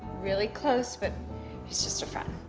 really close, but he's just a friend.